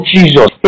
Jesus